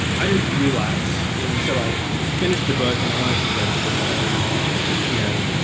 i didn't realize you know until i finished the book and i wanted to dedicate to you know